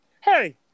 Hey